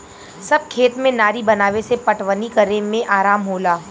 सब खेत में नारी बनावे से पटवनी करे में आराम होला